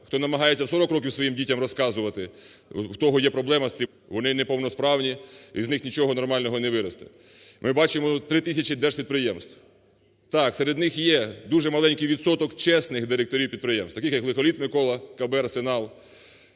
Хто намагається у 40 років своїм дітям розказувати, у того є проблема з цими дітьми. Вонинеповносправні і з них нічого нормального не виросте. Ми бачимо 3 тисячі держпідприємств. Так, серед них є дуже маленький відсоток чесних директорів підприємств таких якЛихоліт Микола, КБ "Арсенал",